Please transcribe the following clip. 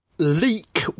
Leak